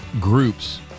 groups